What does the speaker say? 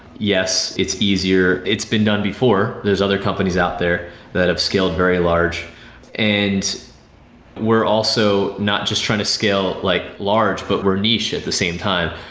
yes it's easier, it's been done before. there's other companies out there that have scaled very large and we're also not just trying to scale like large, but we're niche at the same time,